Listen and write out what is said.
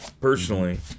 personally